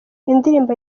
indirimbo